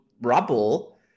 rubble